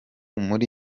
muri